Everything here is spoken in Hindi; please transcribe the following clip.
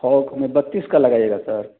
थौक में बत्तीस का लगाइएगा सर